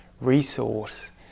resource